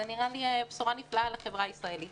זה נראה לי בשורה נפלאה לחברה הישראלית